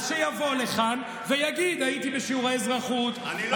אז שיבוא לכאן ויגיד: הייתי בשיעורי אזרחות,